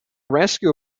rescue